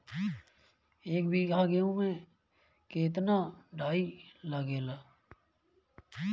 एक बीगहा गेहूं में केतना डाई लागेला?